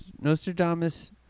Nostradamus